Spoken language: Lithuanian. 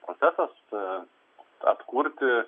procesas e atkurti